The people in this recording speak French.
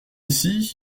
ici